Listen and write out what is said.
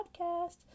Podcast